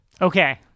Okay